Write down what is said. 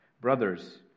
Brothers